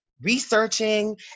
researching